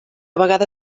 vegada